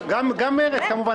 גם מרצ כמובן.